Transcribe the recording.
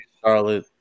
Charlotte